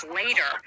later